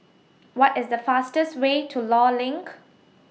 What IS The fastest Way to law LINK